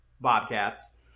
Bobcats